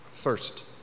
First